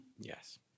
Yes